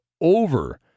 over